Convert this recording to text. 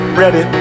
ready